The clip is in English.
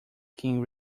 king